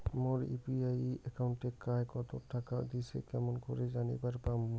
মোর UPI একাউন্টে কায় কতো টাকা দিসে কেমন করে জানিবার পামু?